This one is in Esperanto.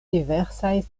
diversaj